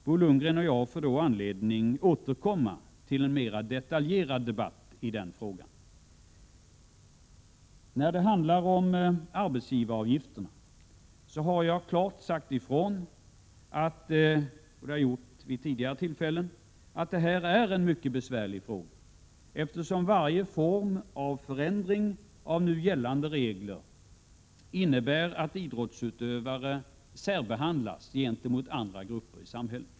Bo Lundgren och jag får då anledning att återkomma till en mer detaljerad debatt i den frågan. I fråga om arbetsgivaravgifterna har jag klart sagt ifrån — det har jag gjort vid tidigare tillfällen — att detta är en mycket besvärlig fråga, eftersom varje form av förändring av nu gällande regler innebär att idrottsutövare särbehandlas gentemot andra grupper i samhället.